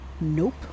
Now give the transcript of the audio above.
Nope